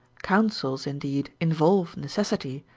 counsels, indeed, involve necessity,